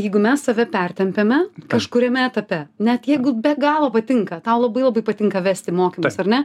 jeigu mes save pertempiame kažkuriame etape net jeigu be galo patinka tau labai labai patinka vesti mokymus ar ne